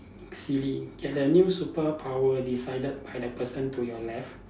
silly get a new superpower decided by the person to your left